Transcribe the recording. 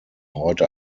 heute